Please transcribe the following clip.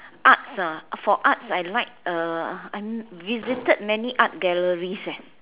arts ah for arts I like uh I visited many art galleries eh